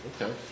okay